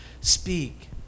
speak